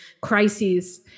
crises